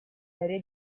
serie